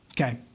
Okay